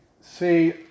see